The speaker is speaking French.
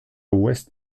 west